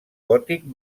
gòtic